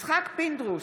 יצחק פינדרוס,